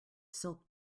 silk